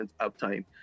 uptime